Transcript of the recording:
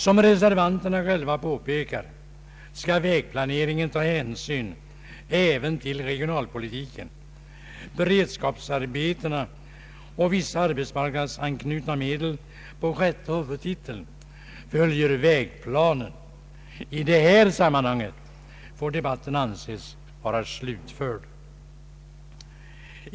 Som reservanterna själva påpekar skall vägplaneringen ta hänsyn även till regionpolitiken. Beredskapsarbetena och vissa arbetsmarknadsanknutna medel på sjätte huvudtiteln följer vägplanen. I det här sammanhanget får debatten anses vara slutförd.